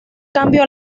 cambio